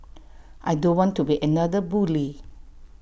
I don't want to be another bully